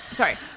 Sorry